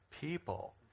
people